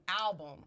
album